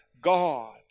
God